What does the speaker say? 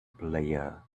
player